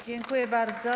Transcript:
Dziękuję bardzo.